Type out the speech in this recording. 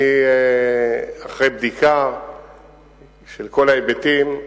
אני, אחרי בדיקה של כל ההיבטים,